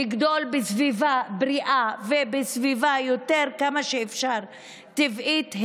לגדול בסביבה בריאה ובסביבה כמה שאפשר יותר טבעית,